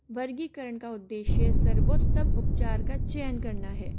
वर्गीकरण का उद्देश्य सर्वोत्तम उपचार का चयन करना है